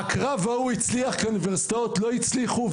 הקרב ההוא הצליח כי האוניברסיטאות לא הצליחו,